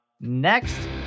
Next